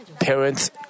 Parents